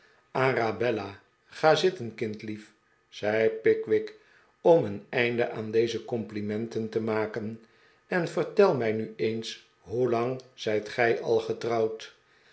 arabella ga zitten kindlief zei pickwick om een einde aan deze complimenten te maken en vert el mij nu eens hoelang zijt gij al getrouwd